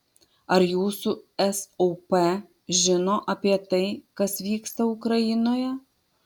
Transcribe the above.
ar jūsų sop žino apie tai kas vyksta ukrainoje